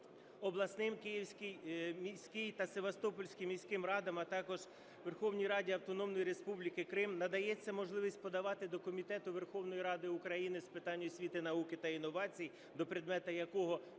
обласним, Київській міській та Севастопольській міській радам, а також Верховній Раді Автономної Республіки Крим, надається можливість подавати до Комітету Верховної Ради України з питань освіти, науки та інновацій, до предмету якого